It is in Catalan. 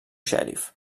xèrif